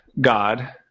God